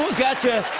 gotcha!